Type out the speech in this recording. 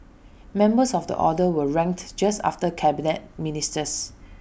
members of the order were ranked just after Cabinet Ministers